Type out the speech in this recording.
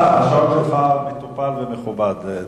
מטופל ומכובד.